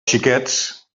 xiquets